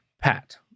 Pat